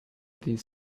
these